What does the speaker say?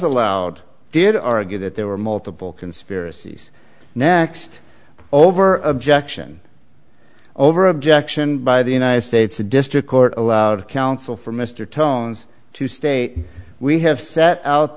allowed did argue that there were multiple conspiracies next over objection over objection by the united states district court allowed counsel for mr tones to state we have set out